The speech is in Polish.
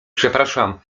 przepraszam